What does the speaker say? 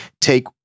take